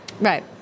Right